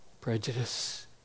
prejudice